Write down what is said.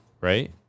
right